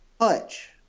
touch